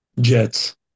Jets